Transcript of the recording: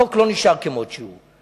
החוק לא נשאר כמות שהוא.